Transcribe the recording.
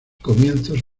comienzos